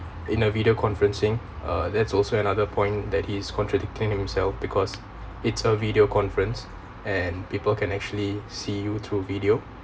in a video conferencing uh that's also another point that he is contradicting himself because it's a video conference and people can actually see you through video